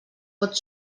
pot